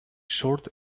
short